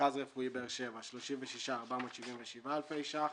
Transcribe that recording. מרכז רפואי באר שבע 36,477 אלפי שקלים.